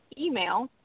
email